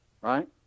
Right